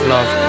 Love